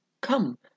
Come